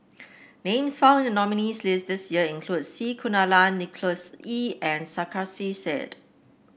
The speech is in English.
names found in the nominees' list this year include C Kunalan Nicholas Ee and Sarkasi Said